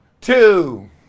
two